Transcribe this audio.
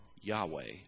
Yahweh